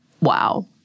Wow